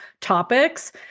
topics